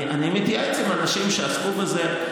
אני מתייעץ עם אנשים שעסקו בזה.